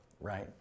right